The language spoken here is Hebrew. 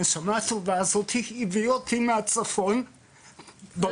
הנשמה הטובה הזאת הביאה אותי מהצפון --- הלכתי,